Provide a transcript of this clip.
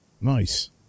Nice